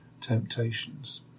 temptations